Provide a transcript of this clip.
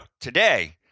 today